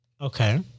Okay